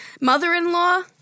Mother-in-law